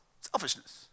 selfishness